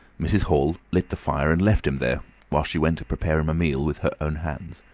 mrs. hall lit the fire and left him there while she went to prepare him a meal with her own hands.